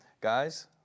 Guys